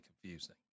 confusing